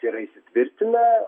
yra įsitvirtinę